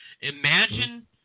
Imagine